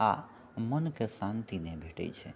आ मोनके शान्ति नहि भेटैत छै